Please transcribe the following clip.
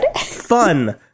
fun